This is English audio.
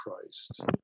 Christ